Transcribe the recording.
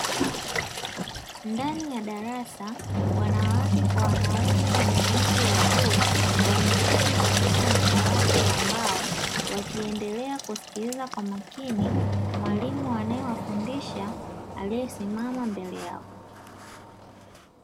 Ndani ya darasa, wanawake kwa wanaume wenye umri wa juu, wameketi katika madawati ya mbao. Wakiendelea kusikiliza kwa makini mwalimu anayewafundisha, aliyesimama mbele yao.